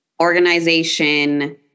organization